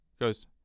goes